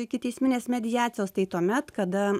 ikiteisminės mediacijos tai tuomet kada